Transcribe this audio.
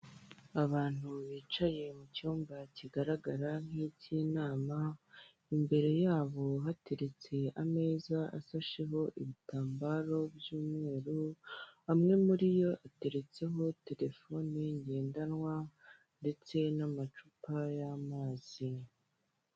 Abantu bicaye mu cyumba kigaragara nkik’ inama, imbere yabo hateretse ameza afashesheho ibitambaro by'umweru, amwe muri yo ateretsemo telefone ngendanwa ndetse n'amacupa y'amazi.